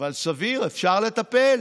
אבל סביר, אפשר לטפל.